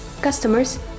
Customers